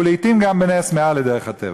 ולעתים גם נס מעל דרך הטבע.